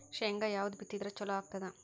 ಶೇಂಗಾ ಯಾವದ್ ಬಿತ್ತಿದರ ಚಲೋ ಆಗತದ?